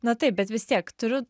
na taip bet vis tiek turiu